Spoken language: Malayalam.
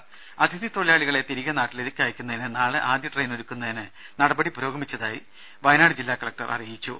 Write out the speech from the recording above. രുദ അതിഥി തൊഴിലാളികളെ തിരികെ നാട്ടിലേക്ക് അയക്കുന്നതിന് നാളെ ആദ്യ ട്രെയിൻ ഒരുക്കുന്നതിന് നടപടികൾ പുരോഗമിച്ച് വരുന്നതായി വയനാട് ജില്ലാ കളക്ടർ അറിയിച്ചു